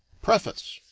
preface